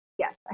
Yes